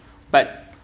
but